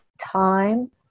time